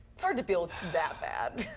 it's hard to feel that bad.